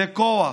זה כוח,